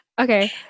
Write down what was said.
Okay